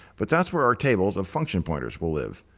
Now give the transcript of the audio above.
but that's where our tables of function pointers will live.